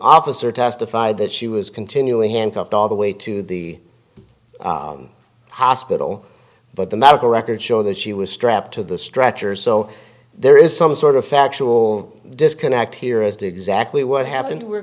officer testified that she was continually handcuffed all the way to the hospital but the medical records show that she was strapped to the stretcher so there is some sort of factual disconnect here as to exactly what happened w